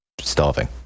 starving